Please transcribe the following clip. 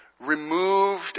removed